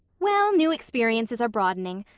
well, new experiences are broadening.